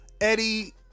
Eddie